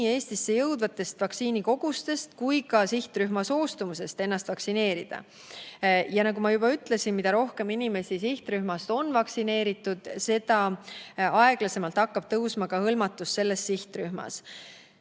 Eestisse jõudvatest vaktsiinikogustest kui ka sihtrühma soostumusest lasta ennast vaktsineerida. Ja nagu ma juba ütlesin, mida rohkem inimesi sihtrühmast on vaktsineeritud, seda aeglasemaks muutub hõlmatuse kasv selles sihtrühmas.